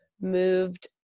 moved